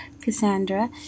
cassandra